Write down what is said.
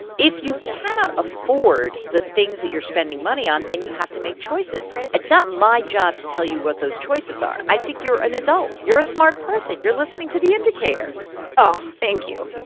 if you cannot afford the things that you're spending money on, then you have to make choices. it's not my job to tell you what those choices are. i think you're an adult. you're a smart person. you're listening to the indicator oh, thank you.